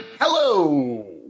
Hello